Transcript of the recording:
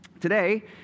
Today